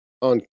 on